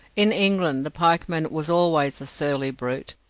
in england the pike-man was always a surly brute,